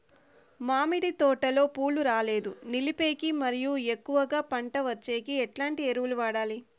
మామిడి తోటలో పూలు రాలేదు నిలిపేకి మరియు ఎక్కువగా పంట వచ్చేకి ఎట్లాంటి ఎరువులు వాడాలి?